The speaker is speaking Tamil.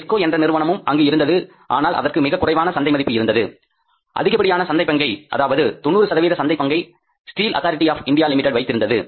TESCO என்ற நிறுவனமும் அங்கு இருந்தது ஆனால் அதற்கு மிகவும் குறைவான சந்தை மதிப்பு இருந்தது அதிகப்படியான சந்தைப் பங்கை அதாவது 90 சதவீத சந்தை பங்கு steel authority of India limited வைத்திருந்தது